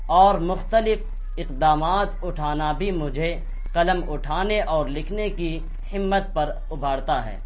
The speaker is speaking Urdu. اور مختلف اقدامات اٹھانا بھی مجھے قلم اٹھانے اور لکھنے کی ہمت پر ابھارتا ہے